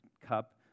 cup